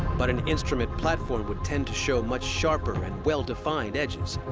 but an instrument platform would tend to show much sharper and well-defined edges.